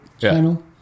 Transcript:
channel